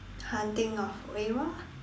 Haunting of Oiwa